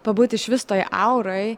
pabūt išvis toj auroj